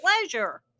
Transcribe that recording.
pleasure